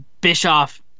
bischoff